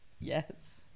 Yes